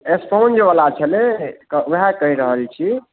sponge बला छलै ओएह कहि रहल छी